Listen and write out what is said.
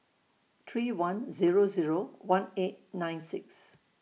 three one Zero Zero one eight nine six